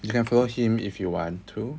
you can follow him if you want to